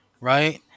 right